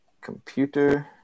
computer